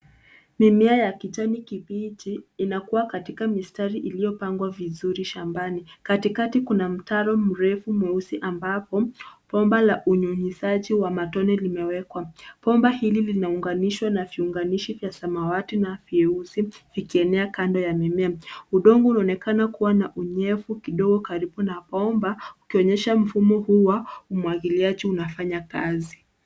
Mimea ya kijani kibichi inakua katika mistari iliyopangwa vizuri shambani. Katikati kuna mtaro mrefu mweusi ambapo bomba la unyunyizaji wa matone limewekwa. Bomba hili linaunganishwa na viunganishi vya samawati na vyeusi vikienea kando ya mimea. Udongo unaonekana kuwa na unyevu kidogo karibu na bomba ukionyesha mfumo huu wa umwagiliaji unafanya kazi.